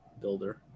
Builder